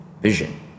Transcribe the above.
vision